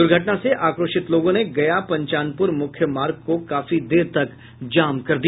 दुर्घटना से आक्रोशित लोगों ने गया पंचानपूर मुख्य मार्ग को काफी देर तक जाम रखा